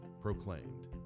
proclaimed